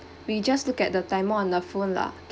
we just look at the time on the phone lah